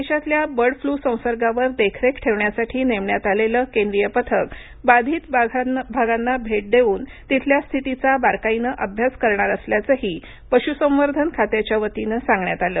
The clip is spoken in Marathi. देशातल्या बर्ड फ्लू संसर्गावर देखरेख ठेवण्यासाठी नेमण्यात आलेलं केंद्रीय पथक बाधित भागांना भेट देऊन तिथल्या स्थितीचा बारकाईनं अभ्यास करणार असल्याचंही पशूसंवर्धन खात्याच्या वतीनं सांगण्यात आलं